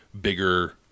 bigger